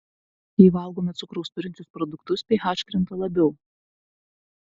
jei valgome cukraus turinčius produktus ph krinta labiau